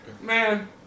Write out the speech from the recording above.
man